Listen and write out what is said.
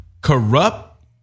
Corrupt